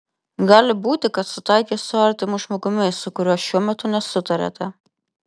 gali būti kad sutaikys su artimu žmogumi su kuriuo šiuo metu nesutariate